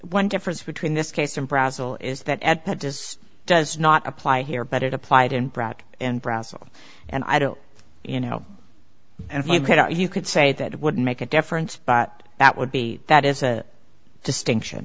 one difference between this case and brasil is that at best this does not apply here but it applied in brac and brasil and i don't you know and you could say that it would make a difference but that would be that is a distinction